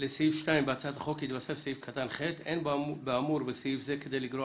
לסעיף 2 בהצעת החוק יתווסף סעיף קטן (ח): "אין באמור בסעיף זה כדי לגרוע